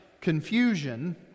confusion